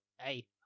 Hey